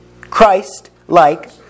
Christ-like